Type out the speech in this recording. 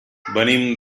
venim